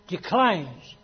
Declines